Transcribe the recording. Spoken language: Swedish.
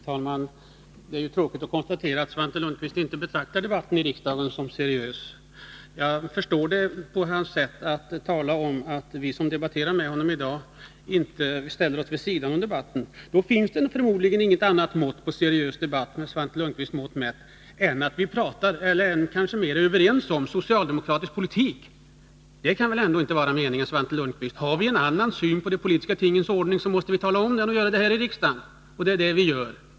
Herr talman! Det är tråkigt att konstatera att Svante Lundkvist inte betraktar debatten i riksdagen som seriös. Jag förstår det på hans sätt att tala om att vi som debatterar med honom i dag ställer oss vid sidan av debatten. Det finns förmodligen ingen annan form av seriös debatt — med Svante Lundkvists mått mätt — än en debatt där man är ense om socialdemokratisk politik. Det kan väl ändå inte vara meningen, Svante Lundkvist. Har vi en annan syn på de politiska tingens ordning måste vi väl tala om det — och göra det här i riksdagen! Och det är vad vi gör!